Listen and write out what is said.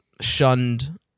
shunned